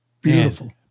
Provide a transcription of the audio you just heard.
Beautiful